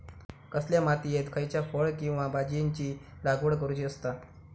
कसल्या मातीयेत खयच्या फळ किंवा भाजीयेंची लागवड करुची असता?